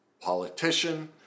politician